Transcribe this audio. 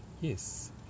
Yes